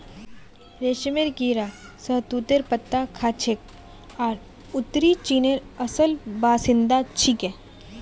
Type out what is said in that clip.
रेशमेर कीड़ा शहतूतेर पत्ता खाछेक आर उत्तरी चीनेर असल बाशिंदा छिके